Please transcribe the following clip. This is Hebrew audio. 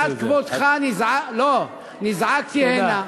ומפאת כבודך נזעקתי הנה,